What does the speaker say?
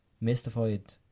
mystified